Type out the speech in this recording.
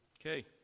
Okay